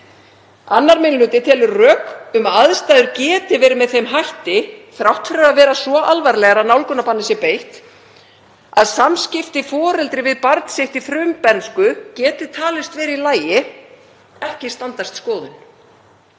minni hluti telur rök um að aðstæður geti verið með þeim hætti, þrátt fyrir að vera svo alvarlegar að nálgunarbanni sé beitt, að samskipti foreldra við barn sitt í frumbernsku geti talist vera í lagi, ekki standast skoðun.